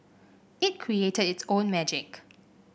it created its own magic